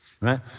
right